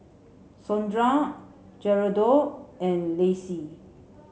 Sondra Geraldo and Lacey